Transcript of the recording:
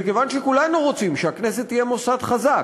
וכיוון שכולנו רוצים שהכנסת תהיה מוסד חזק,